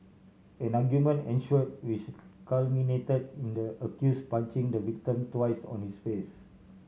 an argument ensued which culminated in the accused punching the victim twice on his face